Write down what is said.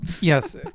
Yes